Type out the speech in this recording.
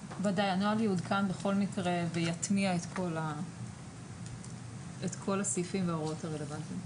הנוהל יעודכן ויטמיע את כל הסעיפים להוראות הרלוונטיות.